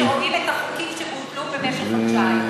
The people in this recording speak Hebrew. כשרואים את החוקים שבוטלו במשך חודשיים.